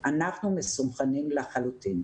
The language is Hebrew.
אנחנו מסונכרנים לחלוטין.